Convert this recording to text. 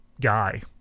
guy